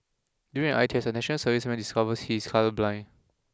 during an eye test a National Serviceman discovers he is colourblind